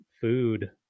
food